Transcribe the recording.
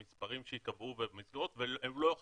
במספרים שיקבעו ובמכסות הוא לא יכול